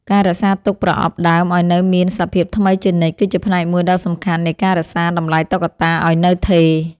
ការរក្សាទុកប្រអប់ដើមឱ្យនៅមានសភាពថ្មីជានិច្ច គឺជាផ្នែកមួយដ៏សំខាន់នៃការរក្សាតម្លៃតុក្កតាឱ្យនៅថេរ។